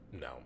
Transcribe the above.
no